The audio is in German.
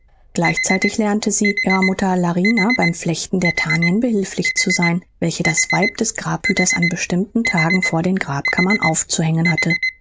frühzeitig lernte sie ihrer mutter larina beim flechten der tänien behilflich zu sein welche das weib des grabhüters an bestimmten tagen vor den grabkammern aufzuhängen hatte